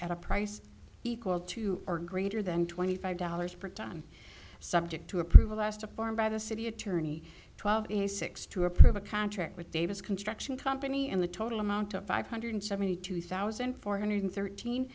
at a price equal to or greater than twenty five dollars per ton subject to approval last a form by the city attorney twelve six to approve a contract with davis construction company and the total amount to five hundred seventy two thousand four hundred thirteen